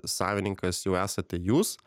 savininkas jau esate jūs